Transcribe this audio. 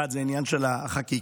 אחד, העניין של החקיקה.